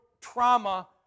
trauma